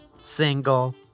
single